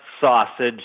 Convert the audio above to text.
Sausage